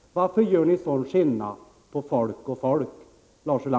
Varför gör ni så stor skillnad, Lars Ulander, på folk och folk?